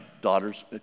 daughters